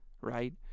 right